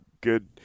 good